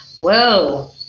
whoa